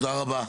תודה רבה.